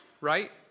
Right